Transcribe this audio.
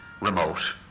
remote